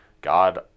God